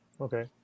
Okay